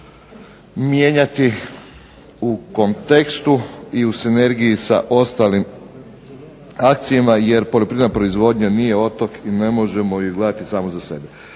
mijenjati u kontekstu i u sinergiji sa ostalim … /Govornik se ne razumije./… jer poljoprivredna proizvodnja nije otok i ne možemo ju gledati samo za sebe.